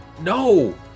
No